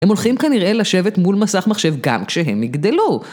הם הולכים כנראה לשבת מול מסך מחשב גם כשהם יגדלו